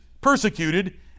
persecuted